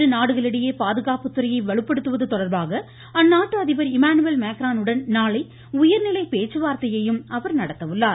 இரு நாடுகளிடையே பாதுகாப்புத்துறையை வலுப்படுத்துவது தொடர்பாக அந்நாட்டு அதிபர் இம்மானுவேல் மேக்ரானுடன் நாளை உயர்நிலை பேச்சுவார்த்தையையும் அவர் நடத்த உள்ளார்